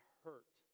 hurt